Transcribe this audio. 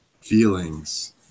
feelings